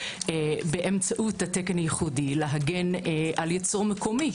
באמצעות תקן ייחודי להגן על ייצור מקומי?